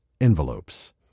Envelopes